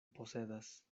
posedas